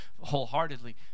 wholeheartedly